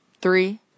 Three